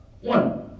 One